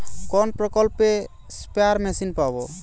কোন প্রকল্পে spare machine পাব?